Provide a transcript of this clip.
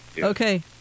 Okay